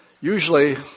usually